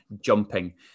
jumping